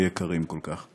היקרים כל כך.